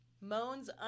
Moans